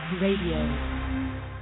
Radio